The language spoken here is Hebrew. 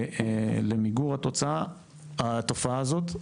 למיגור התופעה הזאת.